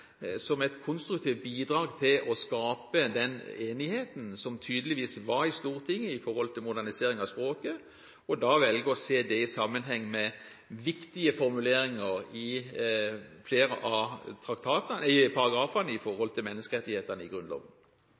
som et konstruktivt bidrag til å skape den enigheten som tydeligvis var i Stortinget med hensyn modernisering av språket, og jeg velger å se det i sammenheng med viktige formuleringer i flere av paragrafene når det gjelder menneskerettighetene i Grunnloven.